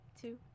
two